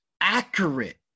Accurate